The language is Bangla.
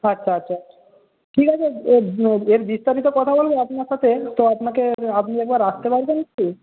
আচ্ছা আচ্ছা ঠিক আছে এর বিস্তারিত কথা বলব আপনার সাথে তো আপনাকে আপনি একবার আসতে পারবেন কি